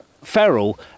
feral